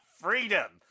freedom